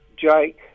Jake